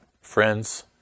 friends